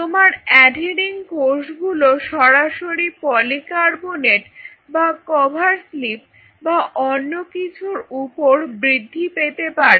তোমার অ্যাঢেরিং কোষগুলো সরাসরি পলিকার্বনেট বা কভার স্লিপ বা অন্য কিছুর ওপর বৃদ্ধি পেতে পারে